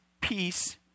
peace